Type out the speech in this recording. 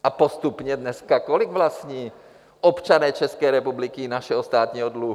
A postupně dneska, kolik vlastní občané České republiky našeho státního dluhu?